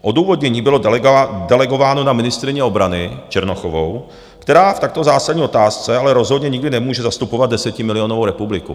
Odůvodnění bylo delegováno na ministryni obrany Černochovou, která v takto zásadní otázce ale rozhodně nikdy nemůže zastupovat desetimilionovou republiku.